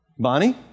Bonnie